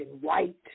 white